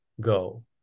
go